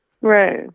Right